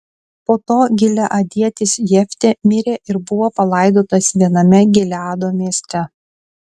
po to gileadietis jeftė mirė ir buvo palaidotas viename gileado mieste